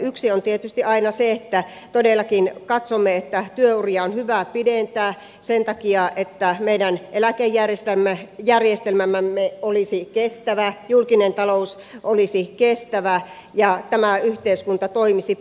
yksi on aina tietysti se että todellakin katsomme että työuria on hyvä pidentää sen takia että meidän eläkejärjestelmämme olisi kestävä julkinen talous olisi kestävä ja tämä yhteiskunta toimisi